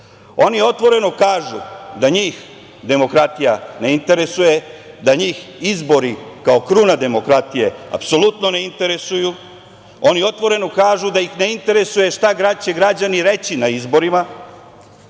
otvoreno kažu da njih demokratija ne interesuje, da njih izbori kao kruna demokratije apsolutno ne interesuju. Oni otvoreno kažu da njih ne interesuje šta će građani reći na izborima.